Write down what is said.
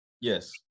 Yes